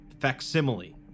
facsimile